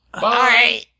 Bye